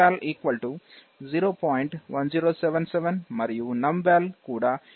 1077 మరియు numVal కూడా ఇంచుమించు 0